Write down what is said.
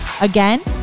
Again